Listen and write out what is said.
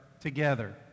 together